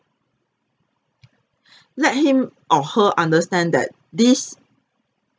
let him or her understand that this